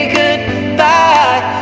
goodbye